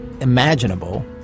imaginable